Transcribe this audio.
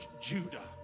Judah